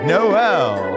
Noel